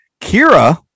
Kira